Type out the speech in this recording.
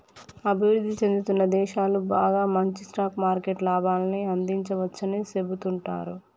అభివృద్ధి చెందుతున్న దేశాలు బాగా మంచి స్టాక్ మార్కెట్ లాభాన్ని అందించవచ్చని సెబుతుంటారు